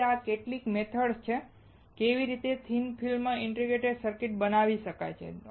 તેથી આ કેટલીક મેથડ્સ છે કે કેવી રીતે થિન ફિલ્મ ઇન્ટિગ્રેટેડ સર્કિટને બનાવી શકાય છે